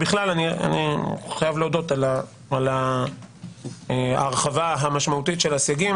בכלל אני חייב להודות על ההרחבה המשמעותית של הסייגים.